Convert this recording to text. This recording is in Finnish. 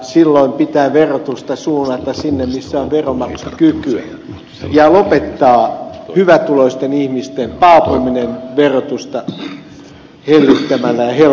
silloin pitää verotusta suunnata sinne missä on veronmaksukykyä ja lopettaa hyvätuloisten ihmisten paapominen verotusta hellittämällä ja helpottamalla